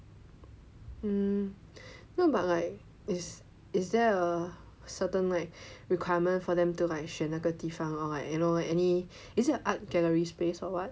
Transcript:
mm no but like is is there a certain like requirement for them to like 选那个地方 or like you know any is it an art gallery space or [what]